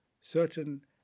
certain